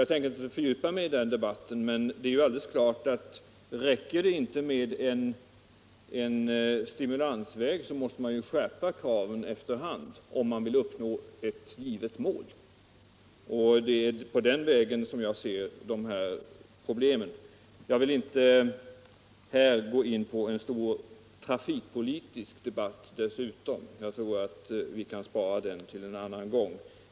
Jag tänker inte fördjupa mig i den debatten, men om det inte räcker med stimulans, så måste man självfallet efter hand skärpa kraven för att uppnå det givna målet. Det är så jag ser dessa problem. Jag vill inte här gå in på en stor trafikpolitisk debatt dessutom, jag tror att vi kan spara den till en annan gång.